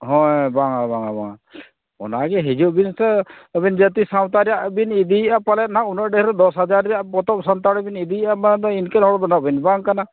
ᱦᱳᱭ ᱵᱟᱝᱟ ᱵᱟᱝᱟ ᱚᱱᱟᱜᱮ ᱦᱤᱡᱩᱜ ᱵᱤᱱ ᱮᱱᱛᱮ ᱟᱵᱤᱱ ᱡᱟᱹᱛᱤ ᱥᱟᱶᱛᱟ ᱨᱮᱭᱟᱜ ᱵᱤᱱ ᱤᱫᱤᱭᱮᱫᱼᱟ ᱯᱟᱞᱮᱱᱦᱟᱸᱜ ᱩᱱᱟᱹᱜ ᱰᱷᱮᱹᱨ ᱫᱚᱥ ᱦᱟᱡᱟᱨ ᱨᱮᱭᱟᱜ ᱯᱚᱛᱚᱵᱽ ᱥᱟᱱᱛᱟᱲᱤᱵᱤᱱ ᱤᱫᱤᱭᱮᱫᱼᱟ ᱢᱟᱱᱮᱫᱚ ᱤᱱᱠᱟᱹᱱ ᱦᱚᱲ ᱠᱟᱱᱟᱵᱤᱱ ᱵᱟᱝ ᱠᱟᱱᱟ